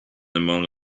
among